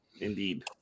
indeed